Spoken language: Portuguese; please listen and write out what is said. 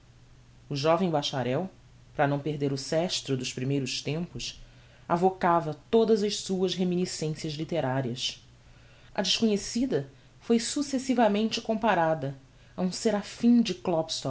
o jovem bacharel par não perder o sestro dos primeiros tempos avocava todas as suas reminiscencias litterarias a desconhecida foi successivamente comparada a um seraphim de